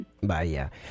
Vaya